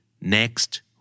next